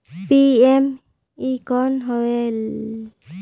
PME कौन होयल?